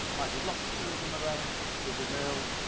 like with lots of tools on the range there's a knurled